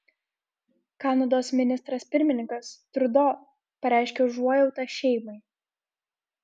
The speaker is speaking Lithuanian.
kanados ministras pirmininkas trudo pareiškė užuojautą šeimai